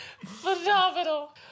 phenomenal